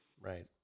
Right